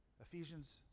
Ephesians